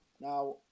Now